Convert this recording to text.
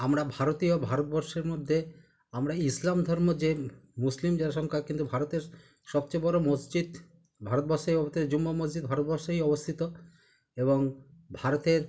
আমরা ভারতীয় ভারতবর্ষের মধ্যে আমরা ইসলাম ধর্ম যে মুসলিম জনসংখ্যা কিন্তু ভারতের সবচেয়ে বড়ো মসজিদ ভারতবর্ষতে জুম্মা মসজিদ ভারতবর্ষেই অবস্থিত এবং ভারতের